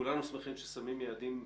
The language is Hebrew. וכולנו שמחים שאלה יעדים שאפתניים,